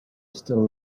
still